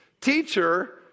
Teacher